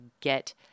get